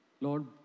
Lord